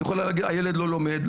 היא יכולה להגיד הילד לא לומד,